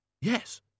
Yes